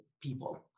people